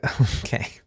okay